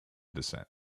descent